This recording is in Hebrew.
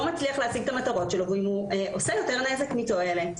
מצליח להשיג את המטרות שלו ואם הוא עושה יותר נזק מתועלת.